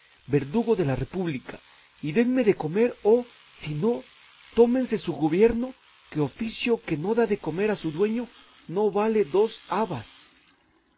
verdugo de la república y denme de comer o si no tómense su gobierno que oficio que no da de comer a su dueño no vale dos habas